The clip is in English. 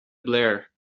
blair